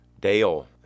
Dale